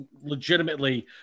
legitimately